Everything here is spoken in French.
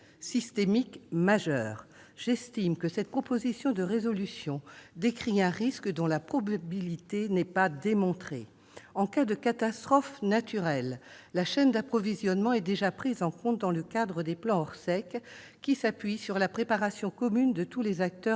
J'estime qu'elle décrit un risque dont la probabilité n'est pas démontrée. En cas de catastrophes naturelles, la chaîne d'approvisionnement est déjà prise en compte dans le cadre des plans Orsec, qui s'appuient sur la préparation commune de tous les acteurs